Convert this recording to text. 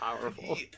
powerful